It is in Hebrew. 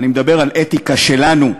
אני מדבר על אתיקה שלנו,